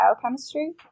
biochemistry